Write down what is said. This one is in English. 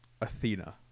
Athena